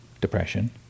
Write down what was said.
depression